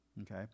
Okay